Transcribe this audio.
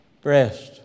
breast